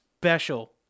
Special